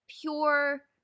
pure